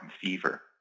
fever